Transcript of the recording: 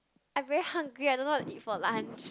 I very hungry I don't know what to eat for lunch